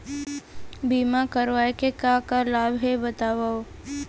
बीमा करवाय के का का लाभ हे बतावव?